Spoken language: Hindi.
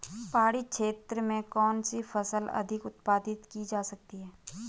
पहाड़ी क्षेत्र में कौन सी फसल अधिक उत्पादित की जा सकती है?